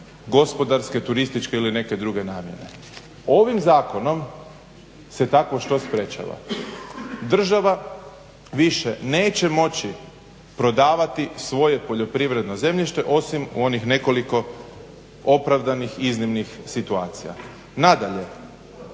gospodarske, turističke ili neke druge namjene. Ovim zakonom se takvo što sprječava. Država više neće moći prodavati svoje poljoprivredno zemljište osim u onih nekoliko opravdanih i iznimnih situacija. Nadalje